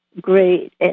great